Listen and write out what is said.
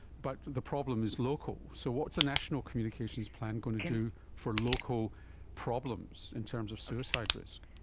but the problem is local. so what is a national communications plan going to do for local problems in terms of suicide risk?